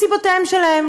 מסיבות שלהם,